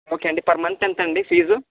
okay అండి per month ఎంతండి fee